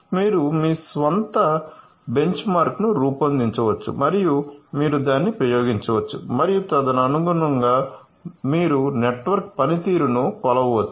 మీరు మీ స్వంత బెంచ్మార్క్ను రూపొందించవచ్చు మరియు మీరు దానిని ప్రయోగించవచ్చు మరియు తదనుగుణంగా మీరు నెట్వర్క్ పనితీరును కొలవవచ్చు